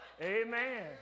Amen